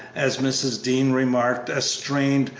as mrs. dean remarked, a strained,